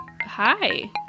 Hi